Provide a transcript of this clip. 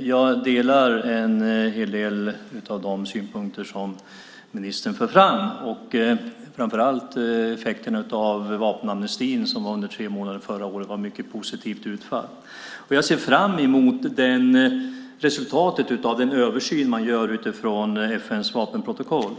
Jag delar en hel del av de synpunkter som ministern för fram, framför allt vad gäller effekten av vapenamnestin under tre månader förra året. Denna gav ett mycket positivt utfall. Jag ser fram emot resultatet av den översyn man gör utifrån FN:s vapenprotokoll.